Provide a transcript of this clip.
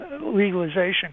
legalization